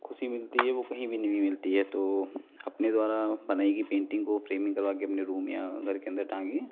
खुशी मिलती है वो कहीं भी नहीं भी मिलती है तो अपने द्वारा बनाई गई पेन्टिंग को फ़्रेमिंग करवा के अपने रूम या घर के अंदर टांगे